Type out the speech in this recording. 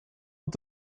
und